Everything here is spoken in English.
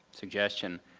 suggestion.